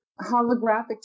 holographic